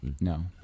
No